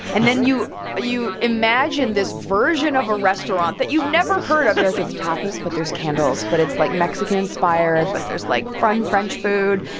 and then you you imagine this version of a restaurant that you've never heard of you're like, it's tapas, but there's candles. but it's, like, mexican-inspired. but there's, like, fun french food.